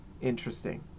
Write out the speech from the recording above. interesting